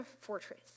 fortress